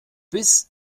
bis